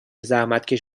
زحمتکش